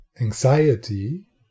anxiety